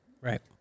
Right